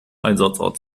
einsatzort